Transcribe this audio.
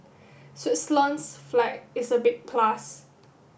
Switzerland's flag is a big plus